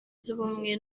y’ubumwe